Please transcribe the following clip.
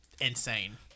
insane